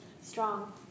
strong